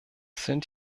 sind